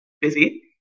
Busy